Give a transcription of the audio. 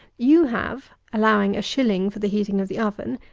you have, allowing a shilling for the heating of the oven,